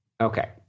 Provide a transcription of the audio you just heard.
Okay